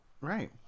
Right